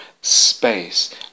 space